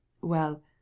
Well